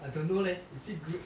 I don't know leh is it good